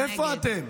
איפה אתם?